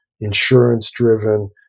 insurance-driven